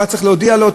מה צריך להודיע לו,